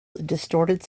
distorted